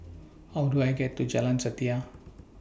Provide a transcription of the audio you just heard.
How Do I get to Jalan Setia